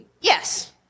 yes